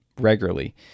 regularly